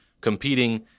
competing